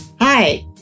Hi